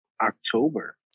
October